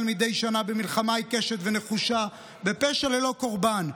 מדי שנה במלחמה עיקשת ונחושה בפשע ללא קורבן,